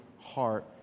heart